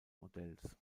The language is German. modells